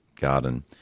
Garden